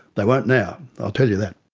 they won't now, i'll tell you that.